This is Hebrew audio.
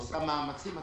עושה מאמצים עצומים,